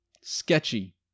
sketchy